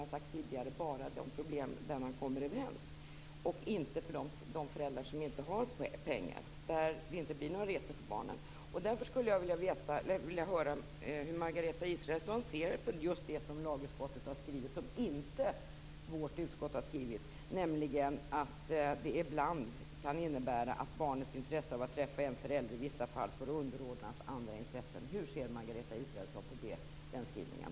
Men det löser bara de problem där man kommer överens och inte problemen för de föräldrar som inte har pengar, där det inte blir några resor för barnen. Därför skulle jag vilja höra hur Margareta Israelsson ser på just det som lagutskottet har skrivit, som inte vårt utskott har skrivit, nämligen att det ibland kan innebära att barnets intresse av att träffa en förälder i vissa fall får underordnas andra intressen. Hur ser Margareta Israelsson på den skrivningen?